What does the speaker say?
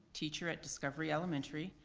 teacher at discovery elementary,